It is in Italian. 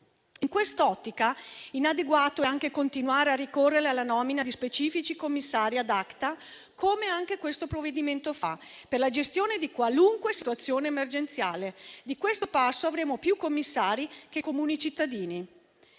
In questa ottica inadeguato è anche continuare a ricorrere alla nomina di specifici commissari *ad acta*, come anche questo provvedimento fa, per la gestione di qualunque situazione emergenziale; di questo passo avremo più commissari che comuni cittadini.